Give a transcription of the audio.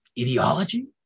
ideology